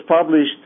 published